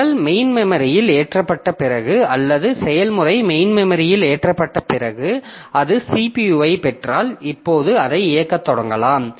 நிரல் மெயின் மெமரியில் ஏற்றப்பட்ட பிறகு அல்லது செயல்முறை மெயின் மெமரியில் ஏற்றப்பட்ட பிறகு அது CPU ஐப் பெற்றால் இப்போது அதை இயக்கத் தொடங்கலாம்